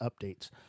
updates